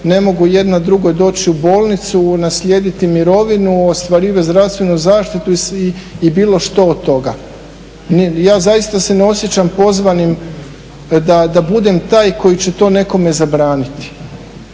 ne mogu jedna drugoj doći u bolnicu, naslijediti mirovinu, ostvarivat zdravstvenu zaštitu i bilo što od toga. Ja zaista se ne osjećam pozvanim da budem taj koji će to nekome zabraniti.